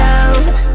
out